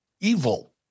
evil